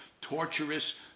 torturous